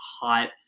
height